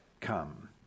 come